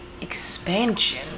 expansion